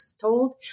told